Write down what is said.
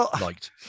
liked